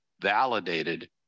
validated